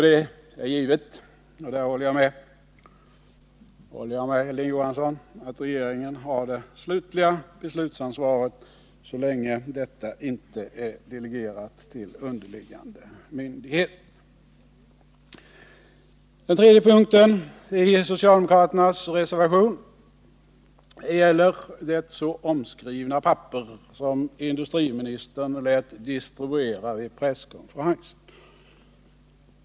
Det är helt givet — det håller jag med Hilding Johansson om —-att regeringen har det slutliga beslutsansvaret så länge detta inte är delegerat till underlydande myndighet. Den tredje punkten i socialdemokraternas reservation gäller det så omskrivna papper som energiministern lät distribuera vid presskonferensen.